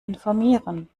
informieren